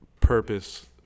purpose